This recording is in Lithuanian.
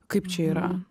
kaip čia yra